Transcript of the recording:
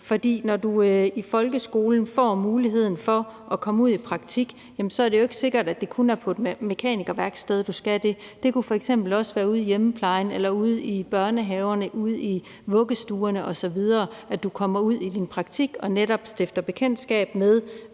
For når du i folkeskolen får muligheden for at komme ud i praktik, så er det jo ikke sikkert, at det kun er på et mekanikerværksted, du skal være, men det kunne f.eks. også være ude i hjemmeplejen, ude i børnehaverne eller ude i vuggestuerne osv., hvor du i din praktik kommer ud, og hvor du netop stifter bekendtskab med,